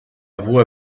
voix